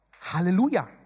Hallelujah